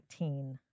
19